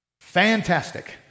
Fantastic